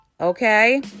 Okay